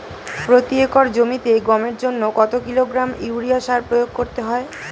প্রতি একর জমিতে গমের জন্য কত কিলোগ্রাম ইউরিয়া সার প্রয়োগ করতে হয়?